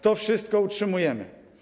To wszystko utrzymujemy.